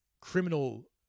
criminal